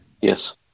Yes